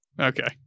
Okay